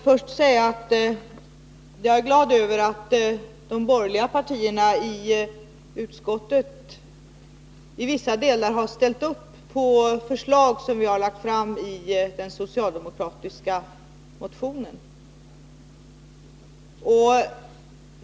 Fru talman! Jag är glad över att de borgerliga partierna i utskottet i vissa delar har ställt sig bakom förslag som vi har lagt fram i den socialdemokratiska motionen.